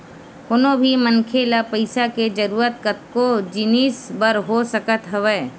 कोनो भी मनखे ल पइसा के जरुरत कतको जिनिस बर हो सकत हवय